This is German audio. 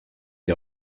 die